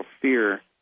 fear